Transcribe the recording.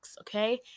okay